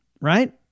right